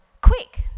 Quick